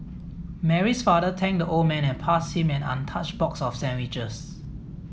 Mary's father thanked the old man and passed him an untouched box of sandwiches